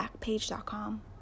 Backpage.com